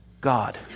God